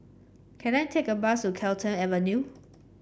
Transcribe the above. can I take a bus to Carlton Avenue